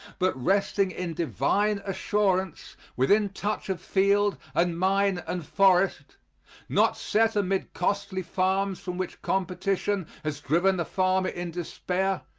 but resting in divine assurance, within touch of field and mine and forest not set amid costly farms from which competition has driven the farmer in despair,